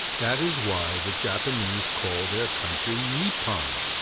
that is why the japanese call their country nippon,